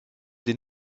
des